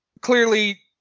clearly